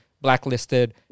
blacklisted